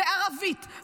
בערבית,